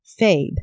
Fabe